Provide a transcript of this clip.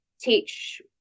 teach